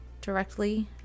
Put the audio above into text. directly